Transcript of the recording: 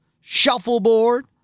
shuffleboard